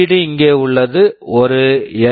D LED இங்கே உள்ளது ஒரு எல்